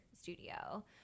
studio